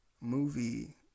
movie